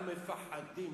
אנחנו מפחדים,